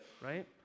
right